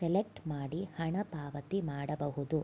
select ಮಾಡಿ ಹಣ ಪಾವತಿ ಮಾಡಬಹುದು